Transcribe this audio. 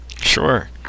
Sure